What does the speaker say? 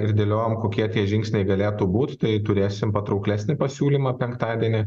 ir dėliojom kokie tie žingsniai galėtų būt tai turėsim patrauklesnį pasiūlymą penktadienį